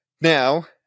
Now